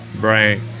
brain